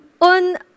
on